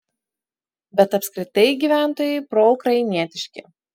bet apskritai gyventojai proukrainietiški